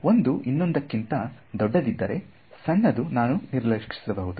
ಒಂದು ಇನ್ನೊಂದಕ್ಕಿಂತ ದೊಡ್ಡದಿದ್ದರೆ ಸಣ್ಣದು ನಾನು ನಿರ್ಲಕ್ಷಿಸಬಹುದು